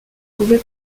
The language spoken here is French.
pouvait